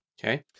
okay